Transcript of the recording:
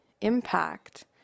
impact